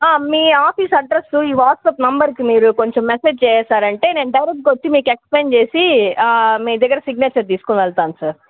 మీ office address ఈ WhatsApp నంబర్కి మీరు కొంచెం మెసేజ్ చేసేశారంటే నేను డైరెక్ట్గా వచ్చి మీకు ఎక్స్ప్లయిన్ చేసి మీ దగ్గర సిగ్నేచర్ తీసుకుని వెళ్తాను సార్